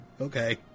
Okay